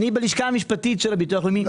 אני בלשכה המשפטית של הביטוח הלאומי,